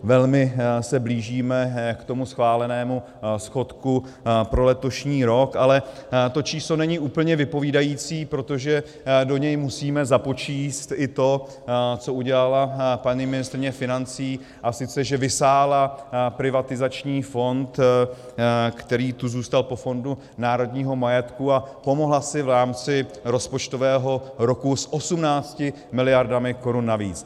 Velmi se blížíme k tomu schválenému schodku pro letošní rok, ale to číslo není úplně vypovídající, protože do něj musíme započíst i to, co udělala paní ministryně financí, a sice že vysála privatizační fond, který tu zůstal po Fondu národního majetku, a pomohla si v rámci rozpočtového roku s 18 miliardami korun navíc.